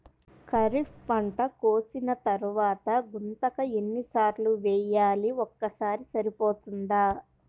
ఖరీఫ్ పంట కోసిన తరువాత గుంతక ఎన్ని సార్లు వేయాలి? ఒక్కసారి సరిపోతుందా?